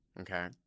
Okay